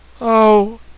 Oh